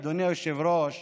אדוני היושב-ראש,